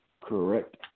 correct